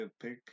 pick